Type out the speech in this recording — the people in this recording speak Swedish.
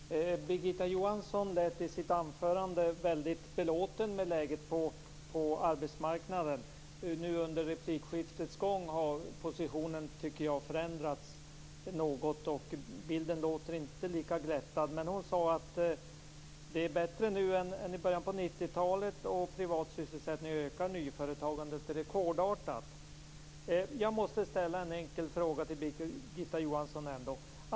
Fru talman! Birgitta Johansson lät i sitt anförande väldigt belåten med läget på arbetsmarknaden. Nu under replikskiftet har positionen förändrats något och bilden är inte lika glättad. Hon sade att det är bättre nu än i början på 90-talet. Sysselsättningen i den privata sektorn ökar, och nyföretagandet är rekordartat. Jag måste ställa en enkel fråga till Birgitta Johansson.